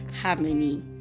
harmony